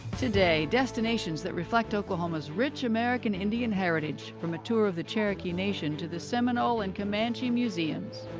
today destinations that reflect oklahoma's rich american indian heritage. from a tour of the cherokee nation to the seminole and comanche museums.